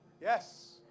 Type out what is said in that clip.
Yes